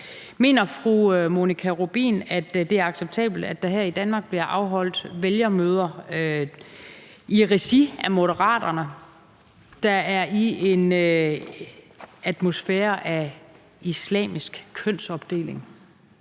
Mener fru Monika Rubin, at det er acceptabelt, at der her i Danmark bliver afholdt vælgermøder i regi af Moderaterne, der foregår i en af islamisk atmosfære og